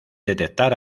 detectar